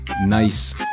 nice